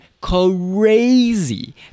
crazy